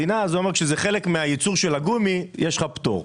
כלומר כשזה חלק מהייצור של הגומי יש לך פטור.